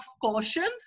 caution